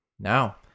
now